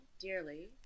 dearly